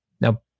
Now